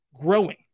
growing